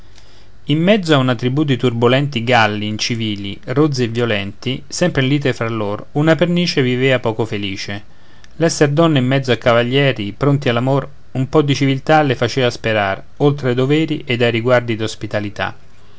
in mezzo a una tribù di turbolenti galli incivili rozzi e violenti sempre in lite fra lor una pernice vivea poco felice l'essere donna in mezzo a cavalieri pronti all'amor un po di civiltà le faceva sperar oltre ai doveri ed ai riguardi d'ospitalità